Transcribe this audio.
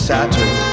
Saturn